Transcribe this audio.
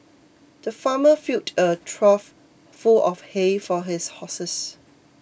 the farmer filled a trough full of hay for his horses